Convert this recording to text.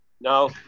No